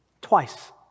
Twice